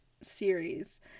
series